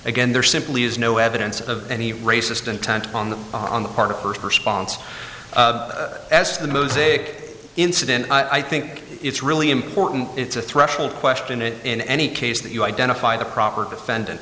again there simply is no evidence of any racist intent on the on the part of first response as to the mosaic incident i think it's really important it's a threshold question it in any case that you identify the proper defendant